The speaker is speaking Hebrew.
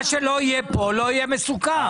מה שלא יהיה כאן לא יהיה מסוכם.